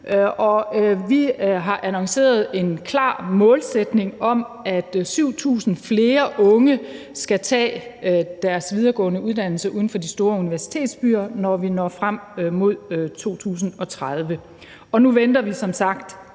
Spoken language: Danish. vi har annonceret en klar målsætning om, at 7.000 flere unge skal tage deres videregående uddannelse uden for de store universitetsbyer, når vi når frem mod 2030. Og nu venter vi som sagt